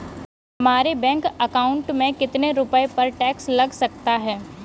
हमारे bank account में कितने रुपये पर टैक्स लग सकता है?